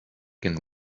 can